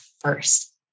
first